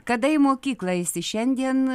kada į mokyklą eisi šiandien